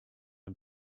and